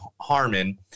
Harmon